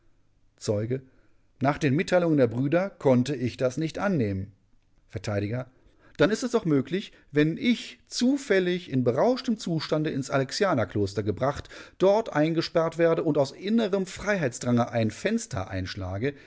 zeuge nach den mitteilungen der brüder konnte ich das nicht annehmen vert dann ist es doch möglich wenn ich zufällig in berauschtem zustande ins alexianerkloster gebracht dort eingesperrt werde und aus innerem freiheitsdrange ein fenster einschlage